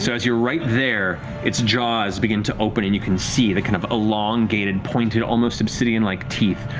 so as you're right there, its jaws begin to open, and you can see the kind of elongated, pointed, almost obsidian-like teeth,